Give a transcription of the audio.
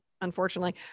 unfortunately